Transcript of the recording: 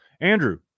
Andrew